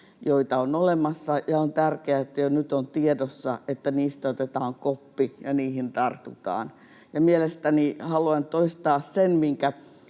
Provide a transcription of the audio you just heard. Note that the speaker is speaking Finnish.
joita on olemassa, ja on tärkeää, että jo nyt on tiedossa, että niistä otetaan koppi ja niihin tartutaan. Haluan toistaa sen,